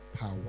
power